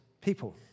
people